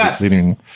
leading